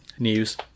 news